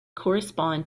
correspond